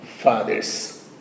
fathers